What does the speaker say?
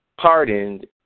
pardoned